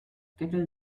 kettle